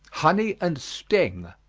honey and sting.